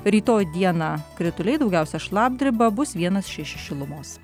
rytoj dieną krituliai daugiausiai šlapdriba bus vienas šeši šilumos